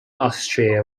austria